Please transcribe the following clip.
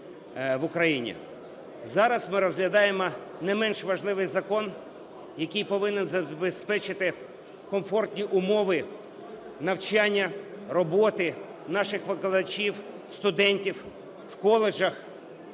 Зараз ми розглядаємо не менш важливий закон, який повинен забезпечити комфортні умови навчання, роботи наших викладачів, студентів в коледжах,